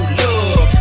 love